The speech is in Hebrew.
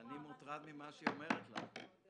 אני מוטרד ממה שהיא אומרת לה.